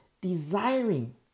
desiring